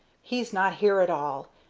he's not here at all,